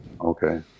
Okay